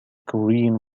korean